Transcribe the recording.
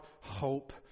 hope